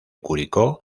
curicó